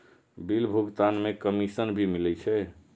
Bill भुगतान में commission भी मिले छै?